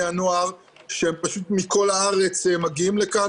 הנוער שהם פשוט מכל הארץ מגיעים לכאן.